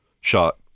shot